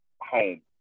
home